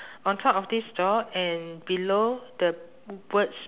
on top of this door and below the words